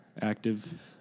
active